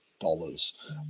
Dollars